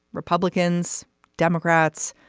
republicans democrats.